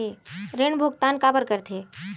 ऋण भुक्तान काबर कर थे?